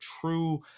true